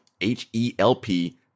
H-E-L-P